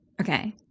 Okay